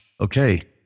Okay